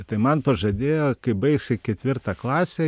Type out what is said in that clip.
tai man pažadėjo kai baigsi ketvirtą klasę